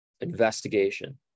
investigation